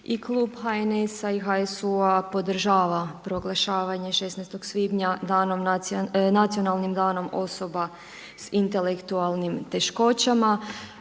klub HNS-HSU-a podržava proglašenje 16. svibnja nacionalnim danom osoba s intelektualnim teškoćama.